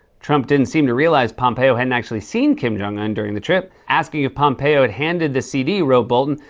trump didn't seem to realize pompeo hadn't actually seen kim jong-un during the trip, asking if pompeo had handed the cd, wrote bolton.